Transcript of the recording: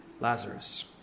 Lazarus